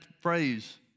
phrase